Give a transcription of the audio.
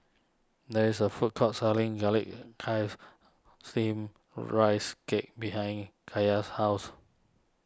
there is a food court selling Garlic Chives Steamed Rice Cake behind Kaiya's house